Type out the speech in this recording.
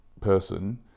person